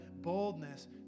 boldness